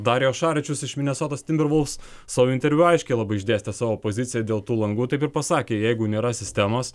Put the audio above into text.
darijo ašaričius iš minesotos timbervolvs savo interviu aiškiai labai išdėstė savo poziciją dėl tų langų taip ir pasakė jeigu nėra sistemos